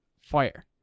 fire